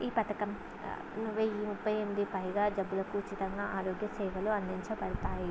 ఈ పథకం వెయ్యి ముఫై ఎనిమిది పైగా జబ్బులకు ఉచితంగా ఆరోగ్య సేవలు అందించబడతాయి